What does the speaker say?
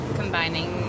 combining